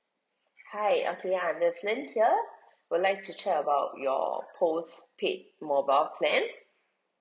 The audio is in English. hi okay I'm evelyn here would like to check about your postpaid mobile plan